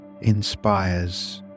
inspires